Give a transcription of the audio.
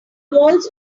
walls